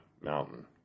mountain